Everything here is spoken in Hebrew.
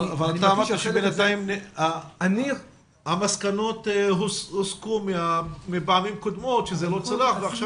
אבל אתה אמרת שבינתיים המסקנות הוסקו מפעמים קודמות שזה לא צלח ועכשיו